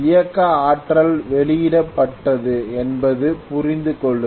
இயக்க ஆற்றல் வெளியிடப்பட்டது என்பதை புரிந்து கொள்ளுங்கள்